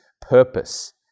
purpose